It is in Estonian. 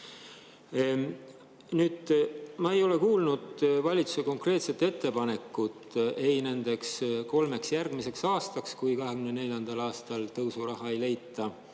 Ma ei ole kuulnud valitsuse konkreetset ettepanekut nendeks kolmeks järgmiseks aastaks, kui 2024. aastal palgatõusuks raha ei leita,